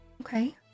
Okay